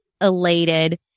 elated